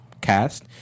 cast